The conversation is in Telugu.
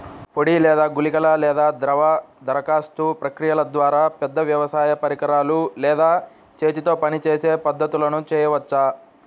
పొడి లేదా గుళికల లేదా ద్రవ దరఖాస్తు ప్రక్రియల ద్వారా, పెద్ద వ్యవసాయ పరికరాలు లేదా చేతితో పనిచేసే పద్ధతులను చేయవచ్చా?